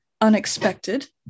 unexpected